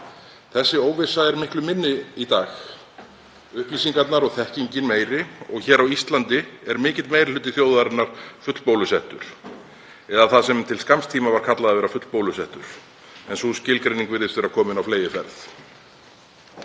Þessi óvissa er miklu minni í dag. Upplýsingarnar og þekkingin meiri og hér á Íslandi er mikill meiri hluti þjóðarinnar fullbólusettur eða það sem til skamms tíma var kallað að vera fullbólusettur, en sú skilgreining virðist vera komin á fleygiferð.